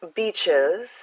beaches